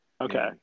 Okay